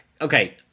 Okay